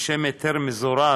בשם "היתר מזורז"